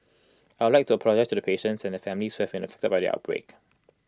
I would like to apologise to the patients and their families who have been affected by the outbreak